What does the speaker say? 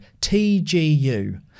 TGU